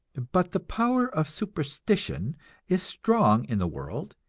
but the power of superstition is strong in the world,